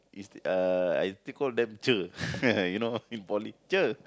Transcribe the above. is uh I still call them Cher you know in poly Cher